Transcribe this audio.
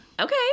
okay